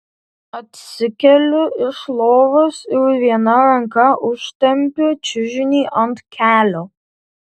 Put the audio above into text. atsikeliu iš lovos ir viena ranka užtempiu čiužinį ant kelio